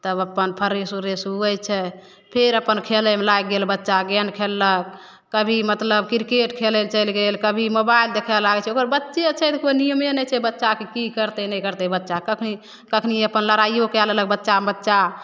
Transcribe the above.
तब अपन फ्रेश उरेश हुए छै फेर अपन खेलैमे लागि गेल बच्चा गेन खेललक कभी मतलब किरकेट खेलै ले चलि गेल कभी मोबाइल देखे लागै छै ओकर बच्चे छै तऽ कोइ नियमे नहि छै बच्चाके कि करतै नहि करतै बच्चा कखनी कखनी अपन लड़ाइओ कै लेलक बच्चामे बच्चा